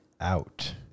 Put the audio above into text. out